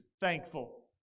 thankful